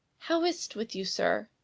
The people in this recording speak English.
how is t with you, sir?